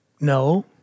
No